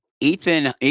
Ethan